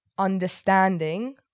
understanding